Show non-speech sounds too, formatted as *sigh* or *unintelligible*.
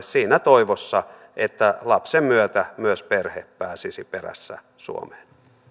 *unintelligible* siinä toivossa että lapsen myötä myös perhe pääsisi perässä suomeen